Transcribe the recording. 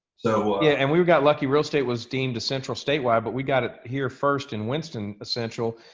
so yeah, and we we got lucky, real estate was deemed a central statewide but we got it here first in winston essential.